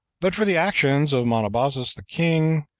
but for the actions of monobazus the king,